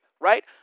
right